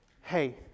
hey